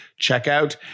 checkout